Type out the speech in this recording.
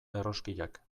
erroskillak